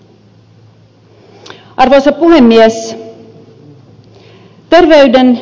arvoisa puhemies